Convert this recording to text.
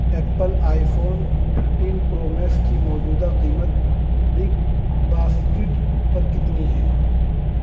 apple iPhone thirteen Pro Max کی موجودہ قیمت بگ باسکٹ پر کتنی ہے